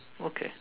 okay